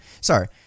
Sorry